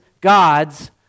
God's